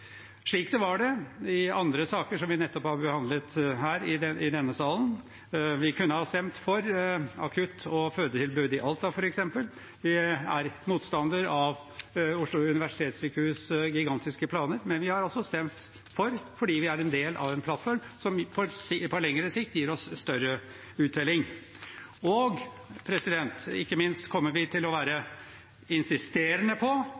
slik det var det i andre saker som vi nettopp har behandlet her i denne salen. Vi kunne ha stemt for akutt- og fødetilbudet i Alta, f.eks. Vi er motstandere av Oslo universitetssykehus’ gigantiske planer, men vi har altså stemt for, fordi vi er en del av en plattform som på lengre sikt gir oss større uttelling. Og ikke minst kommer vi til å være insisterende på